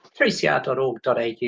3cr.org.au